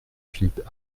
philippe